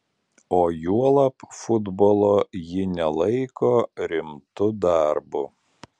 o juolab futbolo ji nelaiko rimtu darbu